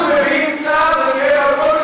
אנחנו מביעים צער וכאב על כל,